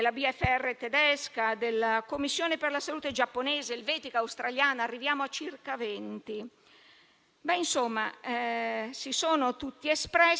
di fronte a una situazione per cui non esiste un'agenzia sanitaria al mondo che abbia stabilito